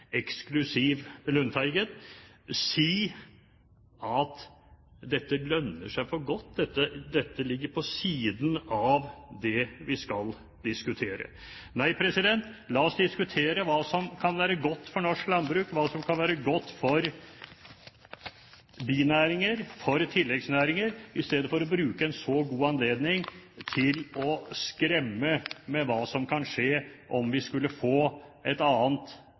eksklusiv Lundteigen, si at dette lønner seg for godt, dette ligger på siden av det vi skal diskutere. Nei, la oss diskutere hva som kan være godt for norsk landbruk, hva som kan være godt for binæringer, for tilleggsnæringer, i stedet for å bruke en så god anledning til å skremme med hva som kan skje om vi skulle få et annet